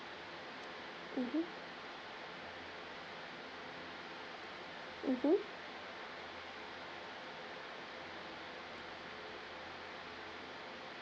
mmhmm mmhmm